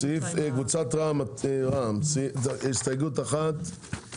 סעיף 65(א), קבוצת חד"ש-תע"ל, הסתייגויות 1 ו-2.